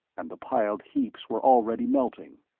and the piled heaps were already melting,